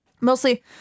mostly